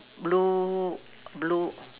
blue blue